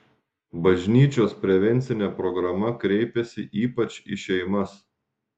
bažnyčios prevencinė programa kreipiasi ypač į šeimas